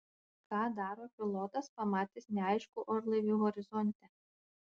ką daro pilotas pamatęs neaiškų orlaivį horizonte